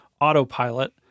autopilot